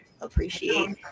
appreciate